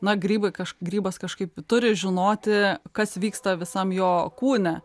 na grybai kaž grybas kažkaip turi žinoti kas vyksta visam jo kūne